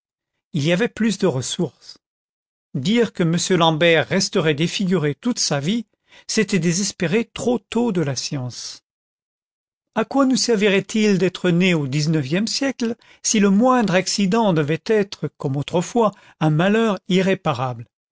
il y avait plus de ressource dire que m l'ambert resterait défiguré toute sa vie c'était désespérer trop tôt de la science a quoi nous servirait-il d'être nésauxix siècle si le moindre accident devait être comme autrefois un malheur irréparable